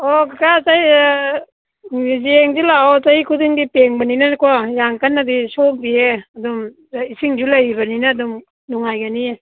ꯑꯣ ꯀꯀꯥ ꯌꯦꯡꯁꯤ ꯂꯥꯛꯑꯣ ꯆꯍꯤ ꯈꯨꯗꯤꯡꯒꯤ ꯇꯦꯡꯕꯅꯤꯅꯀꯣ ꯌꯥꯝ ꯀꯟꯅꯗꯤ ꯁꯣꯡꯗꯤꯌꯦ ꯑꯗꯨꯝ ꯏꯁꯤꯡꯁꯨ ꯂꯩꯔꯤꯕꯅꯤꯅ ꯑꯗꯨꯝ ꯅꯨꯡꯉꯥꯏꯒꯅꯤꯌꯦ